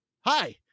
hi